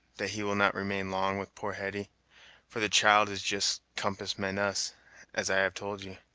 that he will not remain long with poor hetty for the child is just compass meant us as i have told you.